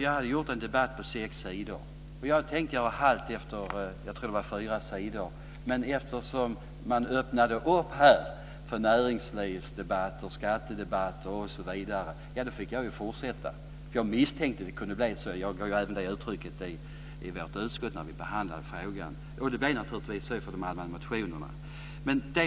Jag hade skrivit ett anförande på sex sidor. Jag hade tänkt göra halt efter fyra sidor. Men eftersom man här öppnade för näringslivsdebatt och skattedebatt, osv., fick jag fortsätta. Jag misstänkte att det kunde bli så. Jag gav även uttryck för det i vårt utskott när vi behandlade frågan. Det blev naturligtvis så på grund av motionerna från den allmänna motionstiden.